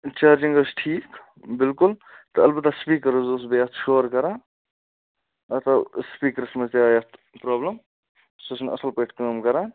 charging حظ ٹھیٖک بِلکُل تہٕ اَلبَتہٕ سُپیٖکَر حظ اوس بیٚیہِ اَتھ شور کَران اَتھ آو سُپیٖکرَس منٛز تہِ آیہِِ اَتھ پرٛابلِم سُہ چھُنہٕ اَصٕل پٲٹھۍ کٲم کَران